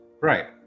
Right